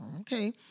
Okay